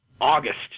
August